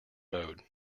mode